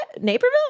Naperville